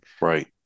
right